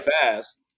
fast